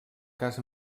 cas